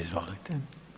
Izvolite.